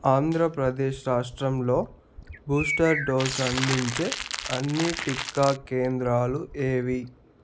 ఆంధ్రప్రదేశ్ రాష్ట్రంలో booster dose అందించే అన్ని టీకా కేంద్రాలు ఏవి